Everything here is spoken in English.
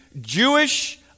Jewish